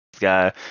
guy